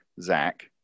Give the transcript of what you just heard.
Zach